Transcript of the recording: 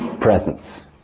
presence